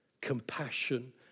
compassion